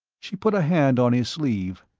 she put a hand on his sleeve.